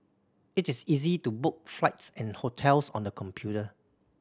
it is easy to book flights and hotels on the computer